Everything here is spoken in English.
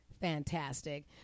fantastic